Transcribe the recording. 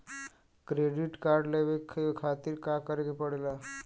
Credit card लेवे खातिर का करे के पड़ेला?